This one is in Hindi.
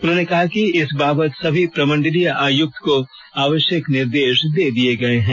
उन्होंने कहा कि इस बावत सभी प्रमंडलीय आयुक्त को आवश्यक निर्देश दे दिए गए हैं